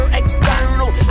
external